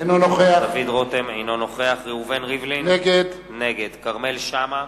אינו נוכח ראובן ריבלין, נגד כרמל שאמה,